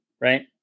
right